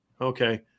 Okay